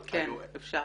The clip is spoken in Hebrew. כן, אפשר,